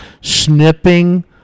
snipping